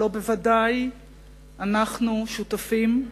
שבוודאי אנחנו שותפים לו.